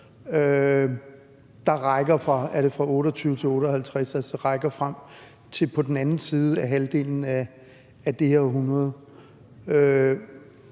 er det fra 2028 til 2058? – altså rækker frem til på den anden side af halvdelen af det her